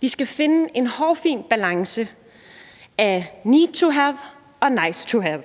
Vi skal finde en hårfin balance mellem need to have og nice to have.